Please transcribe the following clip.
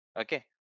okay